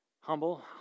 humble